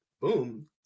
boom